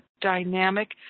dynamic